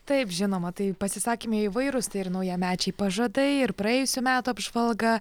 taip žinoma tai pasisakymai įvairūs tai ir naujamečiai pažadai ir praėjusių metų apžvalga